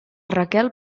raquel